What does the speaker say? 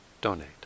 donate